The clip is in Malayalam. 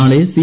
നാളെ സി